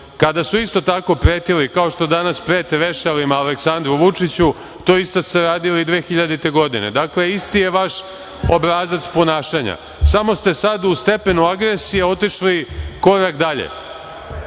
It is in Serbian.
Kada su isto tako pretili, kao što danas prete vešanjima Aleksandru Vučiću, to isto ste radili i 2000. godine. Dakle, je isti vaš obrazac ponašanja. Samo ste sad u stepenu agresije otišli korak dalje.